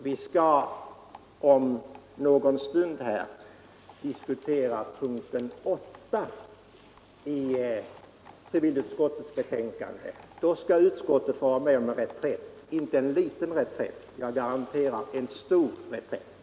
Vi skall om någon stund här diskutera civilutskottets betänkande nr 8; då skall vi få vara med om en reträtt, och inte en liten sådan utan — jag garanterar det — en stor reträtt.